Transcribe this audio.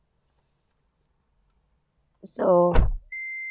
so